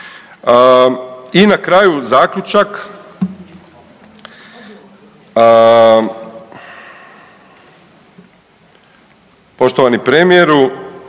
I na kraju zaključak, poštovani premijeru